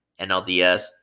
NLDS